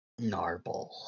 Narble